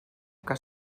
que